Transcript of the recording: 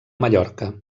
mallorca